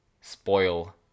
spoil